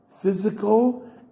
physical